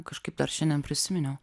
kažkaip dar šiandien prisiminiau